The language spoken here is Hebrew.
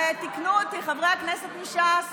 ותיקנו אותי חברי הכנסת מש"ס.